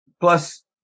Plus